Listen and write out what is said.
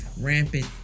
rampant